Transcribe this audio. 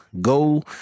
Go